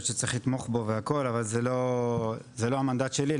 שצריך לתמוך בו והכל אבל זה לא המנדט שלי,